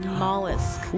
mollusk